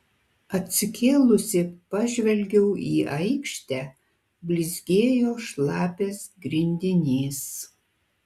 atsikėlusi pažvelgiau į aikštę blizgėjo šlapias grindinys